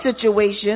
situation